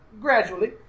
gradually